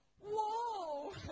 Whoa